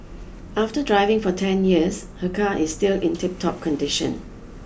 after driving for ten years her car is still in tiptop condition